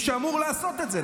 שאמור לעשות את זה,